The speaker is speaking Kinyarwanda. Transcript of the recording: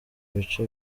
bice